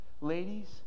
Ladies